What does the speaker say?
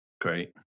great